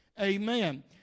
Amen